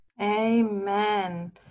Amen